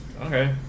Okay